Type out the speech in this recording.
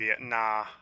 Nah